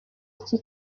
iki